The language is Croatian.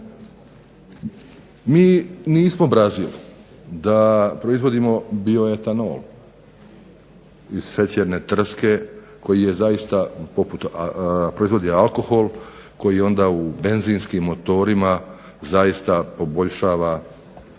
MI nismo Brazil da proizvodimo bio etanol, iz šećerne trske koji proizvodi alkohol koji onda u benzinskim motorima smanjuje